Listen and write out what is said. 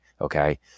okay